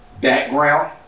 background